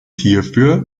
hierfür